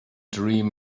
dream